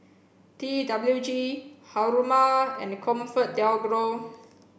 T W G Haruma and ComfortDelGro